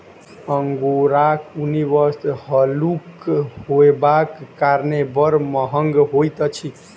अंगोराक ऊनी वस्त्र हल्लुक होयबाक कारणेँ बड़ महग होइत अछि